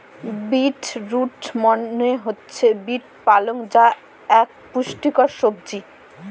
beet root মনে হচ্ছে beet পালং যা এক পুষ্টিকর সবজি